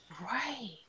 Right